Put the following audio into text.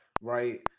right